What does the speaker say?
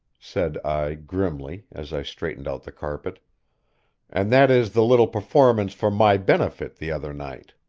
said i grimly, as i straightened out the carpet and that is the little performance for my benefit the other night.